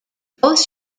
both